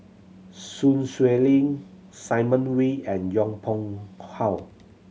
Sun Xueling Simon Wee and Yong Pung How